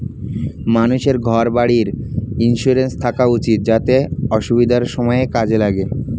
মানুষের ঘর বাড়ির ইন্সুরেন্স থাকা উচিত যাতে অসুবিধার সময়ে কাজে লাগে